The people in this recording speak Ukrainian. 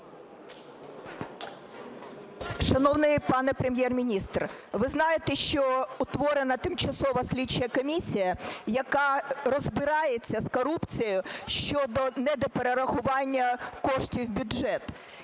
Шановний пане Прем'єр-міністр, ви знаєте, що утворена Тимчасова слідча комісія, яка розбирається з корупцією щодо недоперерахування коштів в бюджет.